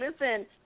listen